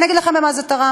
אני אגיד לכם מה זה תרם.